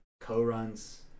co-runs